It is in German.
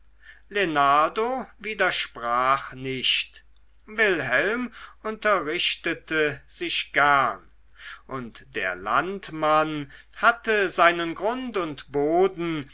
widersprach nicht wilhelm unterrichtete sich gern und der landmann hatte seinen grund und boden